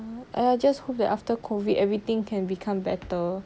I will just hope that after COVID everything can become better